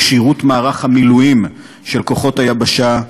כשירות מערך המילואים של כוחות היבשה,